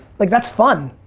like that's fun,